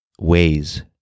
ways